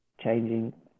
changing